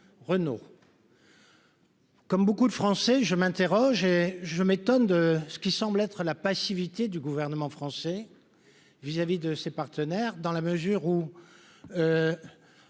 Comme beaucoup de Français, je m'interroge et je m'étonne de ce qui semble être la passivité du gouvernement français vis-à-vis de ses partenaires dans la mesure où